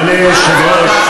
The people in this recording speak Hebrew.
אדוני היושב-ראש,